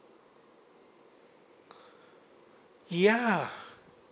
yeah